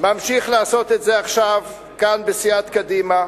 ואני ממשיך לעשות את זה עכשיו כאן בסיעת קדימה.